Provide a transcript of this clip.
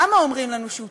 למה אומרים לנו שהוא טבעי?